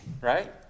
right